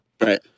Right